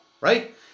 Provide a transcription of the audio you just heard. right